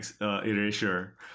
erasure